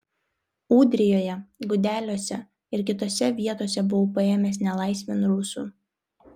ūdrijoje gudeliuose ir kitose vietose buvau paėmęs nelaisvėn rusų